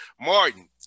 Martin